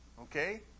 okay